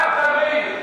אתה, מאיר.